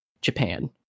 Japan